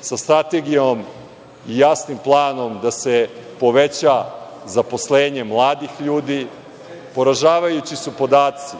sa strategijom i jasnim planom da se poveća zaposlenje mladih ljudi. Poražavajući su podaci